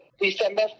December